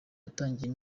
yatangiye